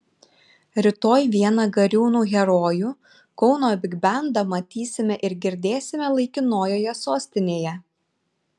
rytoj vieną gariūnų herojų kauno bigbendą matysime ir girdėsime laikinojoje sostinėje